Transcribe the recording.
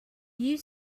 you